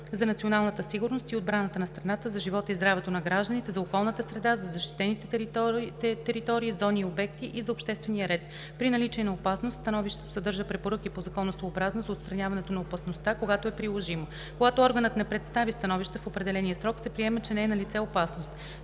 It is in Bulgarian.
за националната сигурност и отбраната на страната, за живота и здравето на гражданите, за околната среда, за защитените територии, зони и обекти и за обществения ред. При наличие на опасност, становището съдържа препоръки по законосъобразност за отстраняването на опасността, когато е приложимо. Когато органът не представи становище в определения срок, се приема, че не е налице опасност.